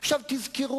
עכשיו תזכרו,